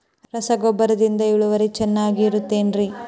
ರಸಗೊಬ್ಬರದಿಂದ ಇಳುವರಿ ಚೆನ್ನಾಗಿ ಬರುತ್ತೆ ಏನ್ರಿ?